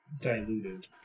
diluted